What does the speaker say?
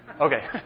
Okay